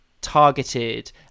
targeted